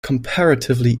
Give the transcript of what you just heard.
comparatively